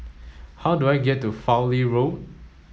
how do I get to Fowlie Road